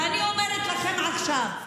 ואני אומרת לכם עכשיו: